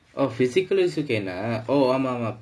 oh physical also can ah oh ஆமாமா:aamaamaa